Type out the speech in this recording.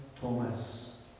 Thomas